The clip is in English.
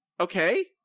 okay